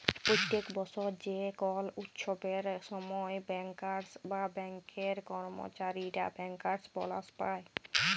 প্যত্তেক বসর যে কল উচ্ছবের সময় ব্যাংকার্স বা ব্যাংকের কম্মচারীরা ব্যাংকার্স বলাস পায়